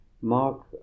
Mark